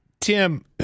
Tim